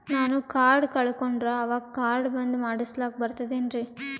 ನಾನು ಕಾರ್ಡ್ ಕಳಕೊಂಡರ ಅವಾಗ ಕಾರ್ಡ್ ಬಂದ್ ಮಾಡಸ್ಲಾಕ ಬರ್ತದೇನ್ರಿ?